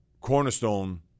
cornerstone